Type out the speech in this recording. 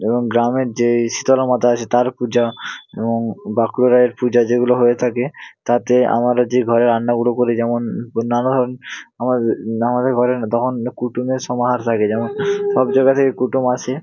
এবং গ্রামের যে শীতলা মাতা আছে তার পূজা এবং বাঁকুড়ার পূজা যেগুলো হয়ে থাকে তাতে আমরা যে ঘরে রান্নাগুলো করি যেমন নানা ধরন আমাদের ঘরে তখন কুটুমের সমাহার থাকে যেমন সব জায়গা থেকে কুটুম আসে